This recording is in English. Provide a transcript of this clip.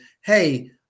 hey